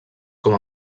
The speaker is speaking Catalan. com